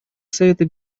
совета